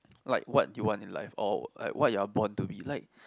like what you want in life or like what you are born to be like